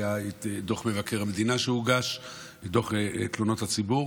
והיה דוח מבקר המדינה שהוגש ודוח תלונות הציבור.